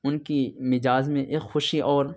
ان کی مزاج میں ایک خوشی اور